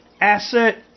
asset